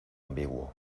ambiguo